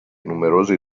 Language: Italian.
numerosi